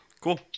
cool